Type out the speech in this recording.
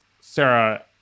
Sarah